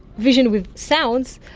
vision with sounds,